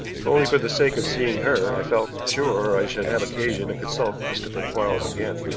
if only for the sake of seeing her, i felt sure i should have occasion to consult christopher quarles again.